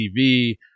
TV